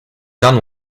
done